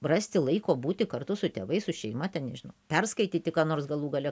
rasti laiko būti kartu su tėvais su šeima ten nežinau perskaityti ką nors galų gale